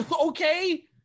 Okay